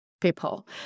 people